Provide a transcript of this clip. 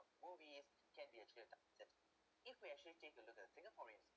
movies can be actually if we actually take a look at singaporeans